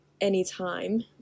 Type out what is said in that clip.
anytime